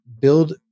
build